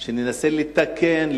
שננסה לתקן,